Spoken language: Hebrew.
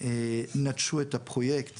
נטשו את הפרויקט